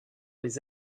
les